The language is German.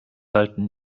halten